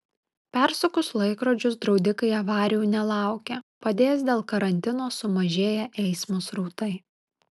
persukus laikrodžius draudikai avarijų nelaukia padės dėl karantino sumažėję eismo srautai